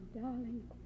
darling